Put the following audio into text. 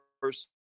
first